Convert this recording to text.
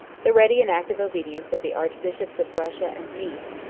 the ready and active obedience of the archbishops of russia and nice,